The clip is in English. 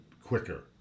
quicker